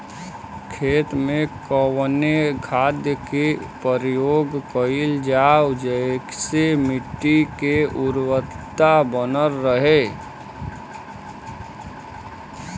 खेत में कवने खाद्य के प्रयोग कइल जाव जेसे मिट्टी के उर्वरता बनल रहे?